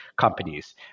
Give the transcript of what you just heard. companies